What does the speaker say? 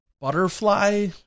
butterfly